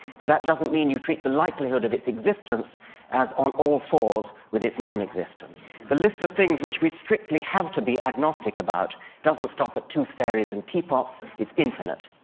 but that doesn't mean you treat the likelihood of its existence as on all fours with its non-existence. the list of things which we strictly have to be agnostic about doesn't stop at tooth fairies and teapots it's infinite.